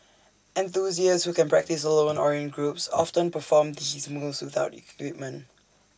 enthusiasts who can practise alone or in groups often perform these moves without equipment